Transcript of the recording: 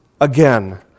again